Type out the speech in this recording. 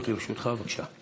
שלוש דקות לרשותך, בבקשה.